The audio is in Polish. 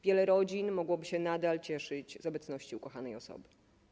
Wiele rodzin mogłoby się nadal cieszyć z obecności ukochanej osoby.